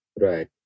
Right